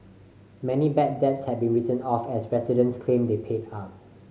many bad debts had to be written off as residents claim they paid up